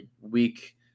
weak